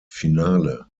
finale